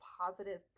positive